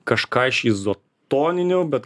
kažką iš izotoninių bet